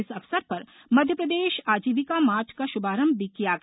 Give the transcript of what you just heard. इस अवसर पर मध्यप्रदेश आजीविका मार्ट का शुभारंभ भी किया गया